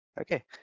Okay